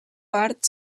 part